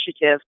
initiative